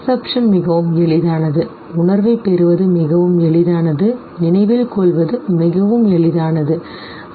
Perception மிகவும் எளிதானது உணர்வைப் பெறுவது மிகவும் எளிதானது நினைவில் கொள்வது மிகவும் எளிதானது சரி